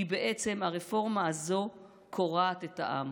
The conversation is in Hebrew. כי בעצם הרפורמה הזו קורעת את העם,